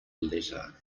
letter